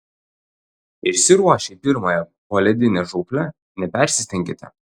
išsiruošę į pirmąją poledinę žūklę nepersistenkite